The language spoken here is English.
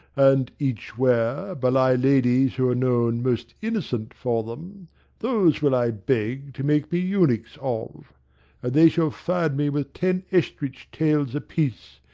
and, each-where, bely ladies who are known most innocent for them those will i beg, to make me eunuchs of and they shall fan me with ten estrich tails a-piece,